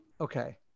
Okay